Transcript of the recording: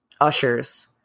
ushers